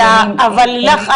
אבל לילך,